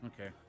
Okay